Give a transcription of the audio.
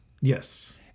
Yes